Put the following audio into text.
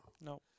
No